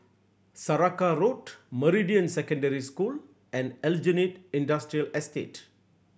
Saraca Road Meridian Secondary School and Aljunied Industrial Estate